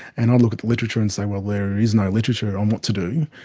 and i look at the literature and say, well, there is no literature on what to do.